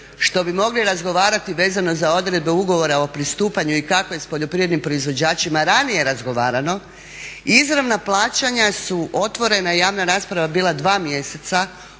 što bi mogli razgovarati vezano za odredbe ugovora o pristupanju i kako je s poljoprivrednim proizvođačima ranije razgovarano. Izravna plaćanja otvorena je javna rasprava bila 2 mjeseca,